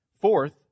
Fourth